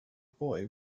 boy